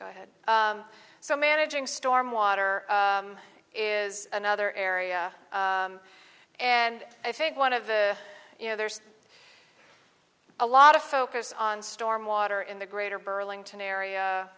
go ahead so managing storm water is another area and i think one of the you know there's a lot of focus on storm water in the greater burlington area